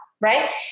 right